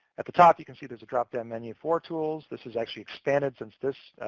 at the top, you can see there's a drop-down menu for tools. this is actually expanded, since this